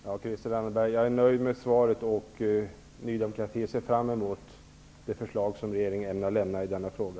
Herr talman! Jag är nöjd med svaret, Christel Anderberg. Ny demokrati ser fram emot det förslag som regeringen ämnar lämna i denna fråga.